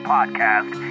Podcast